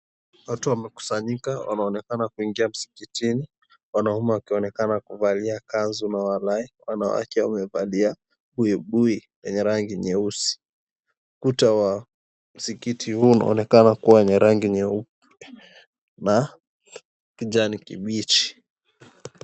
Watu wamekusanyika wanaonekana kuingia msikitini, wanaume wakionekana kuvalia kanzu na warai, wanawake wamevalia buibui yenye rangi nyeusi. Kuta wa msikiti huo unaonekana kua yenye rangi nyeupe na kijani kibichi.